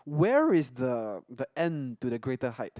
where is the the end to the greater height